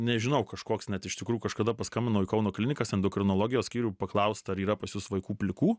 nežinau kažkoks net iš tikrų kažkada paskambinau į kauno klinikas į endokrinologijos skyrių paklaust ar yra pas jus vaikų plikų